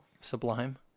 sublime